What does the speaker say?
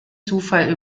zufall